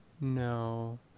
no